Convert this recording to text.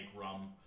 rum